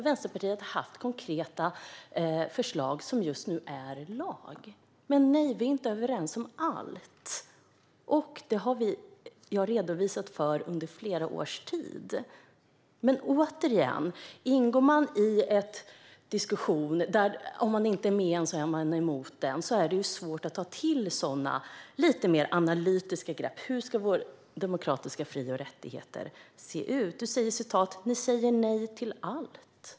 Vänsterpartiet har haft konkreta förslag som just nu är lag, men vi är inte överens om allt, och det har jag redovisat under flera års tid. Återigen: Går man in i en diskussion som innebär att om man inte är med så är man emot är det svårt att ta till sig sådana lite mer analytiska grepp om hur våra demokratiska fri och rättigheter ska se ut. Ni säger nej till allt, säger Roger Haddad.